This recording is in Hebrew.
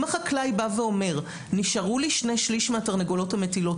אם החקלאי בא ואומר שנשארו לו שני שלישים מהתרנגולות המטילות